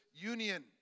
union